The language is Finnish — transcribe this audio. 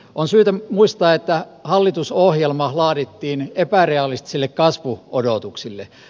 on syytä muistaa että hallitusohjelma laadittiin epärealistisille kasvuodotuksille